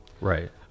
Right